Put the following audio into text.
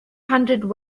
hundred